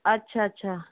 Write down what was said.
અચ્છા અચ્છા